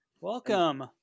welcome